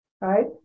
right